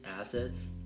assets